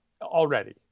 already